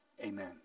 Amen